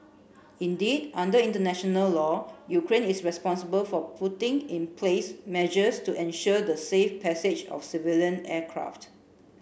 indeed under international law Ukraine is responsible for putting in place measures to ensure the safe passage of civilian aircraft